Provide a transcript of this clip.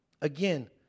again